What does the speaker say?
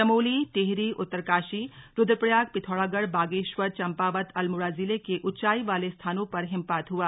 चमोली टिहरी उत्तरकाशी रुद्रप्रयाग पिथौरागढ़ बागेश्वर चंपावत अल्मोड़ा जिले कें ऊंचाई वाले स्थानों पर हिमपात हुआ